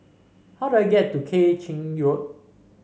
how do I get to Keng Chin Road